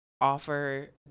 offer